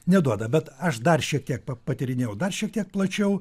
neduoda bet aš dar šiek tiek patyrinėjau dar šiek tiek plačiau